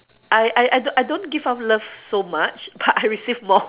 I I I don't I don't give off love so much but I receive more